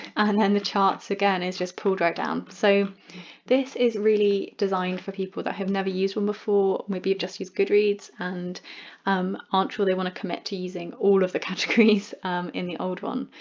and then the charts again is just pulled right down. so this is really designed designed for people that have never used one before maybe you've just used goodreads and aren't sure they want to commit to using all of the categories in the old one.